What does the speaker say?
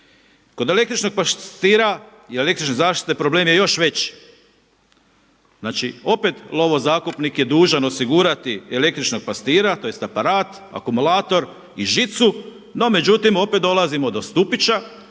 Kod električnog pastira i električne zaštite problem je još veći. Znači opet lovo zakupnik je dužan osigurati električnog pastira, tj. aparat, akumulator i žicu. No međutim, opet dolazimo do stupića